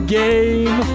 game